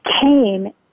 came